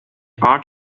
art